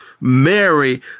Mary